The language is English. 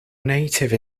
native